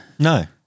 No